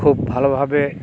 খুব ভালোভাবে